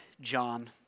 John